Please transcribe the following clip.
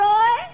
Roy